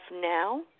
now